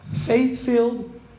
faith-filled